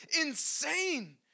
insane